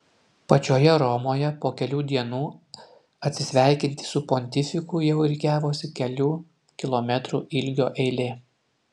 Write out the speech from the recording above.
pačioje romoje po kelių dienų atsisveikinti su pontifiku jau rikiavosi kelių kilometrų ilgio eilė